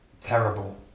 terrible